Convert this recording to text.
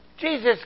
Jesus